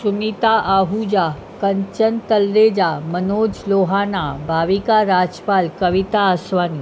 Sunita Ahuja Kanchan Talreja Manoj Lohana Bhavika Rajpal Kavita Aswani